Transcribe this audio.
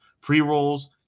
pre-rolls